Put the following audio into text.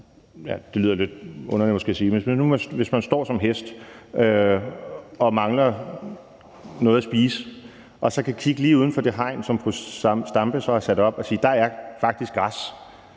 det lyder måske lidt underligt at sige det, men hvis man som hest står og mangler noget at spise og man så kan kigge lige uden for det hegn, som fru Zenia Stampe har sat op, og se, at der faktisk er